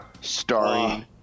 starring